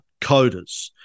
coders